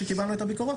כשקיבלנו את הביקורות,